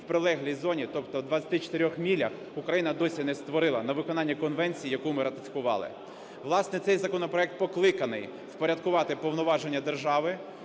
в прилеглій зоні, тобто в 24 милях, Україна досі не створила, на виконання конвенції, яку ми ратифікували. Власне, цей законопроект покликаний впорядкувати повноваження держави